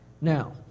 Now